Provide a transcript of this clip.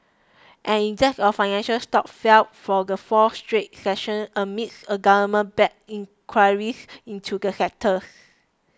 an index of financial stocks fell for the fourth straight session amid a government backed inquiries into the sectors